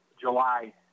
July